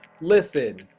Listen